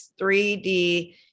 3D